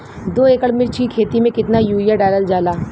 दो एकड़ मिर्च की खेती में कितना यूरिया डालल जाला?